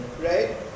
right